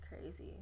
crazy